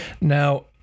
Now